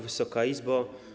Wysoka Izbo!